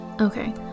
Okay